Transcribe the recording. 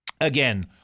again